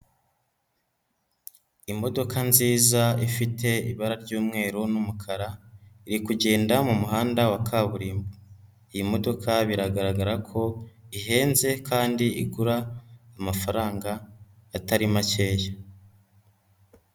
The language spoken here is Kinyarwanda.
Imodoka nziza ifite ibara ry'umweru n'umukara iri kugenda mu muhanda wa kaburimbo, iyi modoka biragaragara ko ihenze kandi igura amafaranga atari makeya.